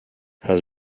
has